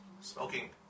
Smoking